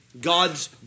God's